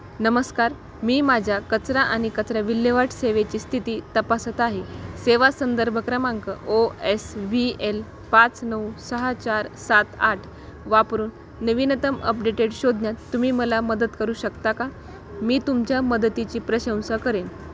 नमस्कार मी माझ्या कचरा आणि कचरा विल्हेवाट सेवेची स्थिती तपासत आहे सेवा संदर्भ क्रमांक ओ एस बी एल पाच नऊ सहा चार सात आठ वापरून नवीनतम अपडेटेड शोधण्यात तुम्ही मला मदत करू शकता का मी तुमच्या मदतीची प्रशंसा करेन